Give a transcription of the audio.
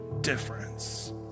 difference